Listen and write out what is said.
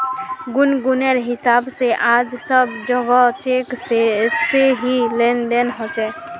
गुनगुनेर हिसाब से आज सब जोगोह चेक से ही लेन देन ह छे